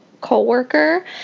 co-worker